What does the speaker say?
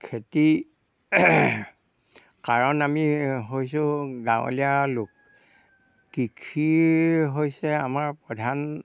খেতি কাৰণ আমি হৈছোঁ গাঁৱলীয়া লোক কৃষি হৈছে আমাৰ প্ৰধান